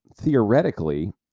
theoretically